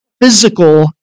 physical